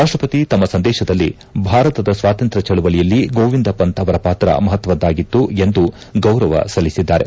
ರಾಷ್ಟಪತಿ ತಮ್ಮ ಸಂದೇಶದಲ್ಲಿ ಭಾರತದ ಸ್ವಾತಂತ್ರ್ ಚಳವಳಿಯಲ್ಲಿ ಗೋವಿಂದ ಪಂತ್ ಅವರ ಪಾತ್ರ ಮಹತ್ವದ್ದಾಗಿತ್ತು ಎಂದು ಗೌರವ ಸಲ್ಲಿಸಿದ್ದಾರೆ